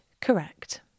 correct